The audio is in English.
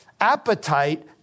appetite